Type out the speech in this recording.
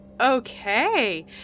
Okay